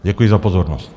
Děkuji za pozornost.